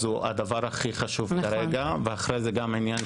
זה מאוד חשוב שנשמע גם את הנתונים